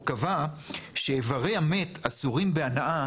הוא קבע שאיברי המת אסורים בהנאה,